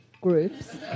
groups